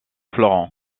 florent